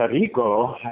Rico